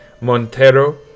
Montero